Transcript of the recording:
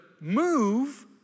move